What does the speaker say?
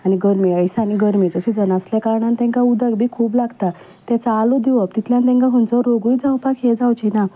आनी गर्मेच्या दिसांनी गर्मेचो सिझन आसल्या कारणान तांकां उदक बी खूब लागता तें चालू दिवप तितल्यान तांकां खंयचो रोगूय जावपाक हें जावचें ना